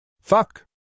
Fuck